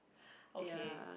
okay